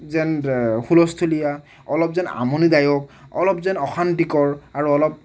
যেন হুলস্থূলীয়া অলপ যেন আমনিদায়ক অলপ যেন অশান্তিকৰ আৰু অলপ